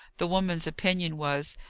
the woman's opinion was,